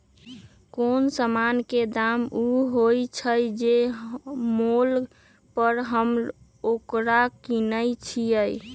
कोनो समान के दाम ऊ होइ छइ जे मोल पर हम ओकरा किनइ छियइ